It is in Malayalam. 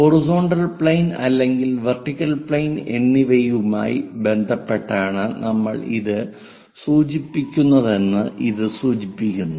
ഹൊറിസോണ്ടൽ പ്ലെയിൻ അല്ലെങ്കിൽ വെർട്ടിക്കൽ പ്ലെയിൻ എന്നിവയുമായി ബന്ധപ്പെട്ടാണ് നമ്മൾ ഇത് സൂചിപ്പിക്കുന്നതെന്ന് ഇത് സൂചിപ്പിക്കുന്നു